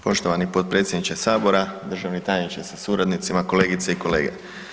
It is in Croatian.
Poštovani potpredsjedniče sabora, državni tajniče sa suradnicima, kolegice i kolege.